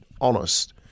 honest